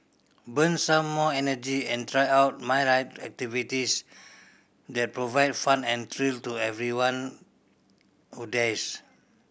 burn some more energy and try out myriad activities that provide fun and thrill to everyone who dares